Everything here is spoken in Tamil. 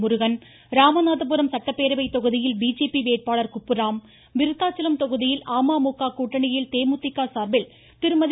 முருகன் ராமநாதபுரம் சட்டப்பேரவை தொகுதியில் பிஜேபி வேட்பாளர் குப்புராம் விருதாச்சலம் தொகுதியில் அமமக கூட்டணியில் தேமுதிக சார்பில் திருமதி